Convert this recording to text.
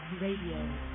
Radio